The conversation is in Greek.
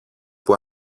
που